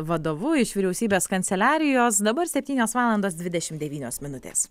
vadovu iš vyriausybės kanceliarijos dabar septynios valandos dvidešim devynios minutės